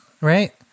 Right